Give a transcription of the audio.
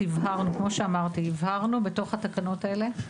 כמו שאמרתי הבהרנו בתוך התקנות האלה,